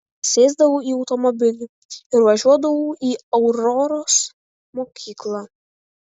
sėsdavau į automobilį ir važiuodavau į auroros mokyklą